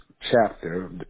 chapter